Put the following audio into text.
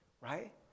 right